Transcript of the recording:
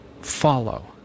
follow